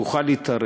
תוכל להתערב,